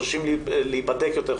חוששים להיבדק יותר,